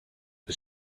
was